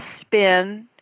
spin